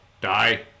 die